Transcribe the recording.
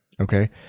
Okay